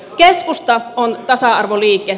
keskusta on tasa arvoliike